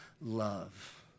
love